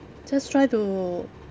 just try to